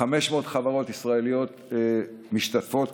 500 חברות ישראליות משתתפות,